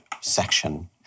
section